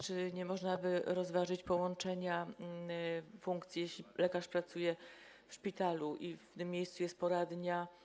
Czy nie można by również rozważyć połączenia funkcji, jeśli lekarz pracuje w szpitalu i w tym miejscu jest poradnia?